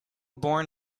born